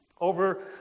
over